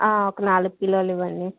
ఒక నాలుగు కిలోలు ఇవ్వండి